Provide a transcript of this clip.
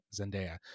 Zendaya